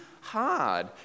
hard